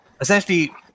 essentially